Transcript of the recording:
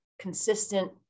consistent